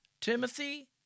Timothy